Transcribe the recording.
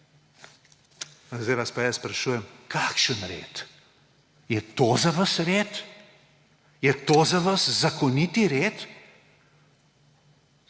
Zdaj vas pa jaz sprašujem, kakšen red. Je to za vas red? Je to za vas zakoniti red?